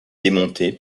démonté